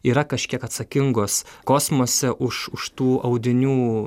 yra kažkiek atsakingos kosmose už už tų audinių